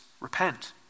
repent